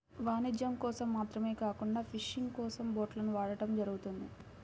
వాణిజ్యం కోసం మాత్రమే కాకుండా ఫిషింగ్ కోసం బోట్లను వాడటం జరుగుతుంది